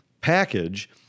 package